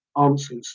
answers